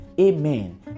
Amen